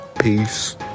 Peace